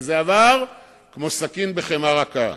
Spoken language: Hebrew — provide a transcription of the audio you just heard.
וזה עבר כמו סכין בחמאה רכה.